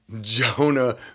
Jonah